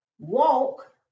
walk